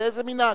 זה איזה מנהג.